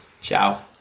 ciao